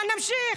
אבל נמשיך,